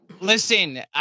Listen